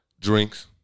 drinks